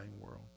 world